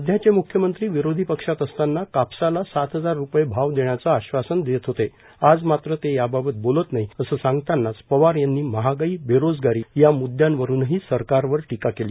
सध्याचे म्ख्यमंत्री विरोधी पक्षात असताना कपाशीला सात हजार रुपये भाव देण्याचं आश्वासन देत होते आज मात्र ते याबाबत बोलत नाहीत असं सांगतानाच पवार यांनी महागाई बेरोजगारी या मुदयांवरूनही सरकारवर टीका केली